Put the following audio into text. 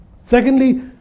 Secondly